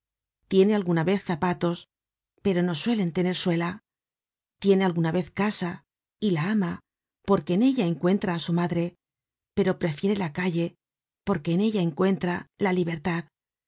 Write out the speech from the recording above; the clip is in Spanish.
tiene alguna vez zapatos pero no suelen tener suela tiene alguna vez casa y la ama porque en ella encuentra á su madre pero prefiere la calle porque en ella encuentra la libertad